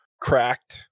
cracked